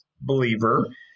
believer